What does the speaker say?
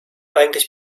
eigentlich